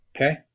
Okay